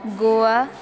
Goa